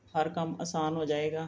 ਹਰ ਕੰਮ ਆਸਾਨ ਹੋ ਜਾਵੇਗਾ